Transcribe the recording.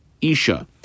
Isha